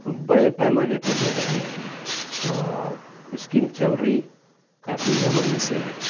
بڑے پیمانے پہ جو ہے اسکیم چل رہی کافی زمانے سے